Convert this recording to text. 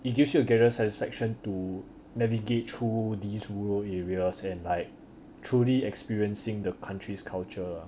it gives you a greater satisfaction to navigate through these rural areas and like truly experiencing the country's culture